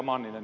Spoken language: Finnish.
manninen